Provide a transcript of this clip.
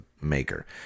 maker